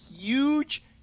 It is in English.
huge